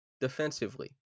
defensively